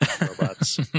robots